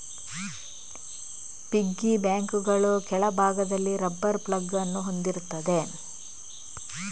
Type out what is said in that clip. piggy ಬ್ಯಾಂಕುಗಳು ಕೆಳಭಾಗದಲ್ಲಿ rubber plug ಅನ್ನು ಹೊಂದಿರುತ್ತವೆ